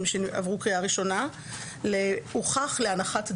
שעברו קריאה ראשונה ל"הוכח להנחת דעתו".